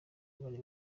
bari